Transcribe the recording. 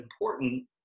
important